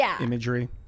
imagery